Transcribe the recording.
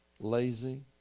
lazy